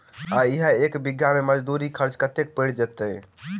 आ इहा एक बीघा मे मजदूरी खर्च कतेक पएर जेतय?